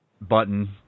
button